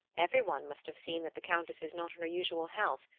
every one must have seen that the countess is not in her usual health.